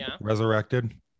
resurrected